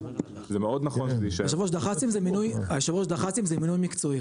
דח"צים זה מינוי מקצועי.